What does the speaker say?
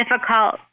Difficult